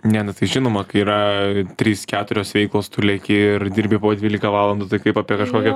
ne nu tai žinoma kai yra trys keturios veiklos tu leki ir dirbi po dvylika valandų tai kaip apie kažkokią